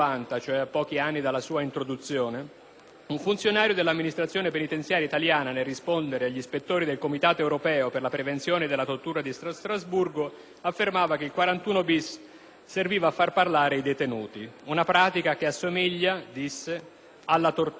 un funzionario dell'amministrazione penitenziaria italiana nel rispondere agli ispettori del Comitato europeo per la prevenzione della tortura di Strasburgo affermava che il regime del 41-*bis* serviva a far parlare i detenuti; una pratica che assomigliava, disse, alla tortura, una tortura che però in Italia non è reato.